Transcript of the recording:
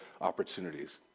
opportunities